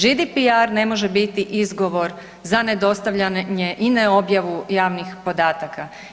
GDPR ne može biti izgovor za nedostavljanje i ne objavu javnih podataka.